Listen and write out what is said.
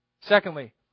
Secondly